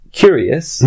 curious